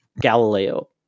Galileo